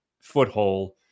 foothold